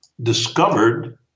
discovered